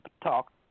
Talk